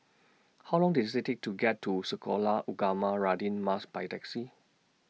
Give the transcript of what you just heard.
How Long Does IT Take to get to Sekolah Ugama Radin Mas By Taxi